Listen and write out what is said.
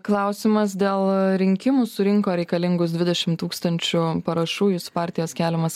klausimas dėl rinkimų surinko reikalingus videšimt tūkstančių parašų jūsų partijos keliamas